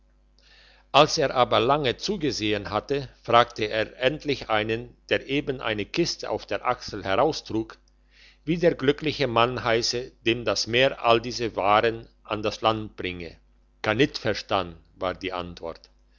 als er aber lange zugesehn hatte fragte er endlich einen der eben eine kiste auf der achsel heraustrug wie der glückliche mann heisse dem das meer all diese waren an das land bringe kannitverstan war die antwort